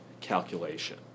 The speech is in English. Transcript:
calculation